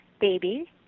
baby